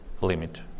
limit